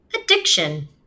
addiction